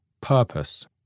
Purpose